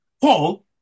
Paul